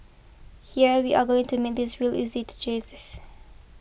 here we are going to make this real easy to